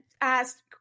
asked